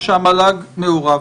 שהמל"ג מעורב?